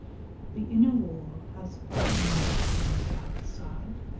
the inner wall has five gates on the south side,